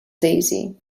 daisy